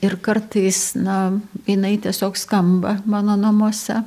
ir kartais na jinai tiesiog skamba mano namuose